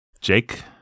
Jake